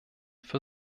für